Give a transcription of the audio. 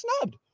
snubbed